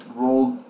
rolled